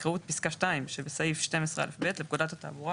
יקראו את פסקה (2) בסעיף 12א(ב) לפקודת התעבורה